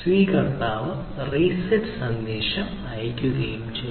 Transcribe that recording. സ്വീകർത്താവ് reset സന്ദേശം അയയ്ക്കും